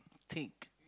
thick